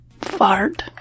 Fart